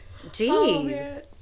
Jeez